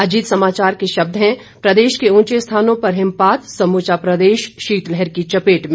अजीत समाचार के शब्द हैं प्रदेश के ऊंचे स्थानों पर हिमपात समूचा प्रदेश शीतलहर की चपेट में